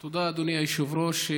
תודה, אדוני היושב-ראש.